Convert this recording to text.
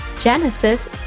Genesis